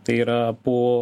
tai yra po